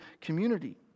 community